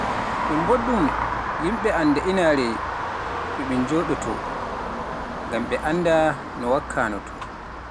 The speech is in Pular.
Ɗun boɗɗum yimbe annda inaare ɗon to me jooɗi, ngam ɓe annda no wakkanooto.